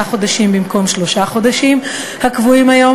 חודשים במקום שלושה חודשים הקבועים היום.